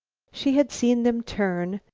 she had seen them turn,